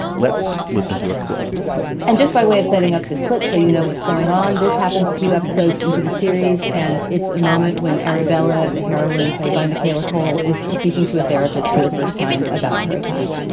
let's listen to a clip and just by way of setting up this clip so you know what's going on. this happens a few episodes into the series and it's a moment when arabella, the heroine played by mckayla cole, is speaking to a therapist for the first time about her attack